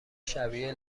شبیه